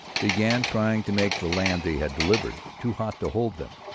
began trying to make the land they had delivered too hot to hold them.